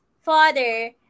father